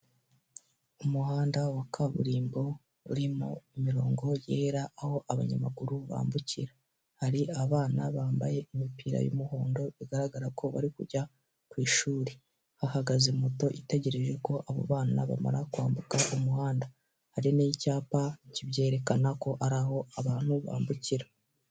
Umuhanda wa kaburimbo urimo imirongo yera aho abanyamaguru bambukira hari abana bambaye imipira y'umuhondo bigaragara ko bari kujya ku ishuri hahagaze moto itegereje ko abo bana bamara kwambuka mu muhanda hari n'icyapa kibyerekana ko ari aho abantu bambukira.